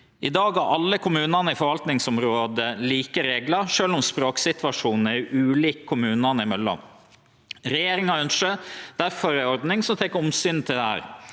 I dag har alle kommunane i forvaltingsområdet like reglar, sjølv om språksituasjonen er ulik kommunane imellom. Regjeringa ønskjer difor ei ordning som tek omsyn til dette.